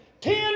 Ten